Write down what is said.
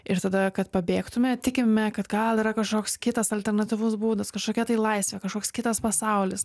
ir tada kad pabėgtume tikime kad gal yra kažkoks kitas alternatyvus būdas kažkokia tai laisvė kažkoks kitas pasaulis